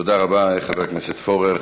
תודה רבה חבר הכנסת פורר.